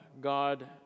God